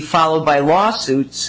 followed by lawsuits